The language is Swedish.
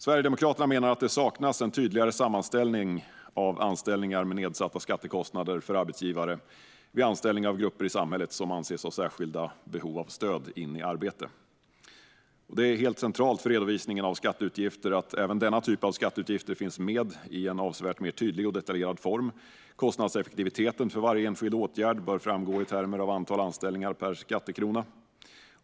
Sverigedemokraterna menar att det saknas en tydligare sammanställning av anställningar med nedsatta skattekostnader för arbetsgivare vid anställningar av grupper i samhället som anses ha särskilda behov av stöd in i arbete. Det är helt centralt för redovisningen av skatteutgifter att även denna typ av skatteutgifter finns med i en avsevärt mer tydlig och detaljerad form. Kostnadseffektiviteten för varje enskild åtgärd bör framgå i termer av antal anställningar per skattekrona.